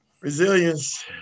Resilience